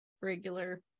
regular